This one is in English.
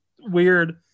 weird